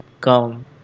come